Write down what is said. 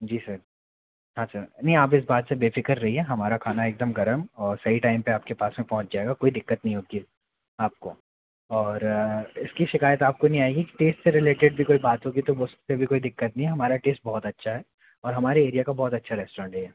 जी sir हाँ sir नहीं आप इस बात से बेफिक्र रहिए हमारा खाना एकदम गर्म और सही टाइम पे आपके पास के में पहुंच जाएगा कोई दिक्कत नहीं होती है आपको और इसकी शिकायत आपको नहीं आएगी टेस्ट से रिलेटेड भी कोई बात होगी तो उसपे भी कोई दिक्कत नहीं हमारा टेस्ट बहुत अच्छा है और हमारे एरिया का बहुत अच्छा रेस्टोरेंट है ये